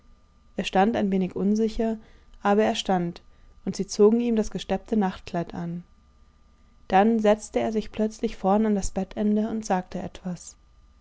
er stand ein wenig unsicher aber er stand und sie zogen ihm das gesteppte nachtkleid an dann setzte er sich plötzlich vorn an das bettende und sagte etwas